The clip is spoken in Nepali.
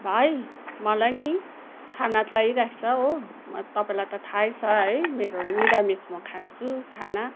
भाइ मलाई नि खाना चाहिएको छ हो तपाईँलाई त थाहै छ है मेरो निरामिष म खान्छु खाना